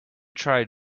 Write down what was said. try